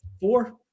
Four